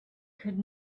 could